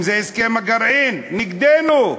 אם זה הסכם הגרעין, נגדנו.